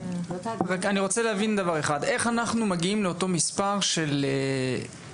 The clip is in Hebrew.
אני רוצה להבין דבר אחד - איך אנחנו מגיעים לאותו מספר של סמל,